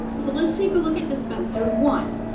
so let's take a look at dispenser one.